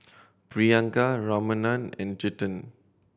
Priyanka Ramanand and Chetan